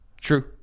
True